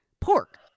pork